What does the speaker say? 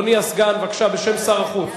אדוני הסגן, בבקשה, בשם שר החוץ.